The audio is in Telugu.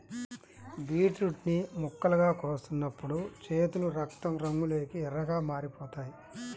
బీట్రూట్ ని ముక్కలుగా కోస్తున్నప్పుడు చేతులు రక్తం రంగులోకి ఎర్రగా మారిపోతాయి